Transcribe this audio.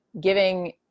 giving